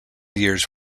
years